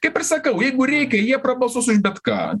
kaip ir sakau jeigu reikia jie prabalsuos už bet ką